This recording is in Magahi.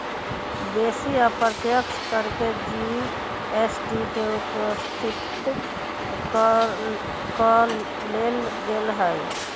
बेशी अप्रत्यक्ष कर के जी.एस.टी में उपस्थित क लेल गेलइ ह्